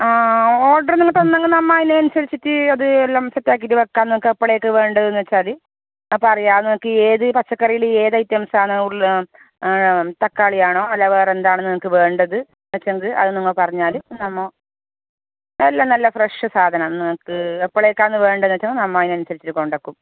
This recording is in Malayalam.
ആ ഓർഡർ നിങ്ങൾ തന്നെങ്കിൽ നമ്മൾ അതിനനുസരിച്ചിട്ട് അത് എല്ലാം സെറ്റ് ആക്കിയിട്ട് വയ്ക്കാം നിങ്ങൾക്ക് എപ്പോളേക്ക് വേണ്ടതെന്ന് വെച്ചാൽ അപ്പോൾ അറിയാവുന്നതൊക്കെ ഏത് പച്ചക്കറിയിൽ ഏത് ഐറ്റംസ് ആണ് ഉള്ളത് തക്കാളിയാണോ അല്ല വേറെ എന്താണ് നിങ്ങൾക്ക് വേണ്ടത് വെച്ചെങ്കിൽ അത് നിങ്ങൾ പറഞ്ഞാൽ നമ്മൾ എല്ലാം നല്ല ഫ്രഷ് സാധനമാണ് നിങ്ങൾക്ക് എപ്പോളേക്കാണ് വേണ്ടത് വെച്ചാൽ നമ്മൾ അതിനനുസരിച്ച് കൊണ്ടാക്കും